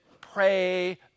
pray